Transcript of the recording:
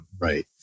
Right